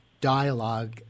dialogue